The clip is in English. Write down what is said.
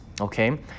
okay